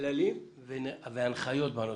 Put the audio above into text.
כללים והנחיות בנושא.